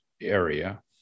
area